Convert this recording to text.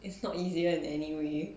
it's not easy in anyway